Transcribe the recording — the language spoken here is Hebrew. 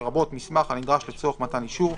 לרבות מסמך הנדרש לצורך מתן אישור,